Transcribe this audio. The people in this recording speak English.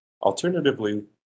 Alternatively